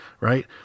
right